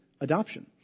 adoption